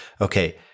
okay